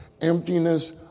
emptiness